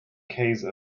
case